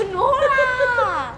no lah